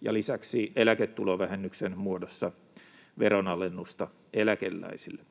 ja lisäksi eläketulovähennyksen muodossa veronalennusta eläkeläisille.